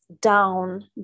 Down